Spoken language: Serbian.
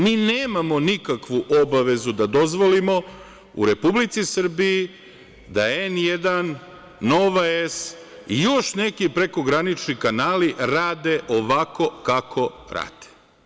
Mi nemamo nikakvu obavezu da dozvolimo u Republici Srbiji da N1, Nova S i još neki prekogranični kanali rade ovako kako rade.